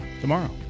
tomorrow